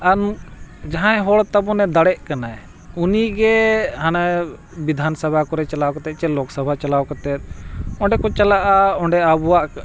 ᱟᱨ ᱡᱟᱦᱟᱸᱭ ᱦᱚᱲ ᱛᱟᱵᱚᱱᱮ ᱫᱟᱲᱮᱜ ᱠᱟᱱᱟᱭ ᱩᱱᱤᱜᱮ ᱦᱟᱱᱮ ᱵᱤᱫᱷᱟᱱ ᱥᱚᱵᱷᱟ ᱠᱚᱨᱮ ᱪᱟᱞᱟᱣ ᱠᱟᱛᱮ ᱪᱮ ᱞᱳᱠ ᱥᱚᱵᱷᱟ ᱪᱟᱞᱟᱣ ᱠᱟᱛᱮ ᱚᱸᱰᱮ ᱠᱚ ᱪᱟᱞᱟᱜᱼᱟ ᱚᱸᱰᱮ ᱟᱵᱚᱣᱟᱜ